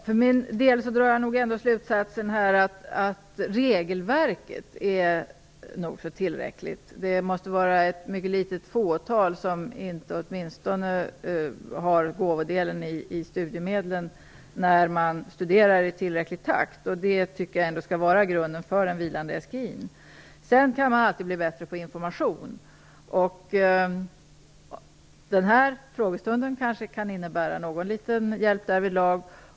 Herr talman! För min del drar jag ändå slutsatsen att regelverket är tillräckligt. Det måste vara ett mindre fåtal som inte får åtminstone gåvodelen i studiemedlen när man studerar i tillräcklig takt. Det skall ändå utgöra grunden för en vilande SGI. Sedan kan man alltid bli bättre på information. Den här frågestunden kan kanske innebära någon liten hjälp därvidlag.